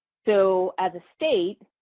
so as a state,